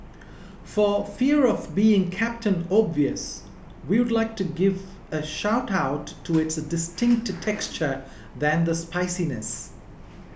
for fear of being Captain Obvious we would like to give a shout out to its distinct texture than the spiciness